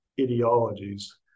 ideologies